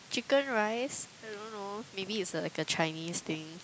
chicken rice I don't know maybe it's a like a Chinese thing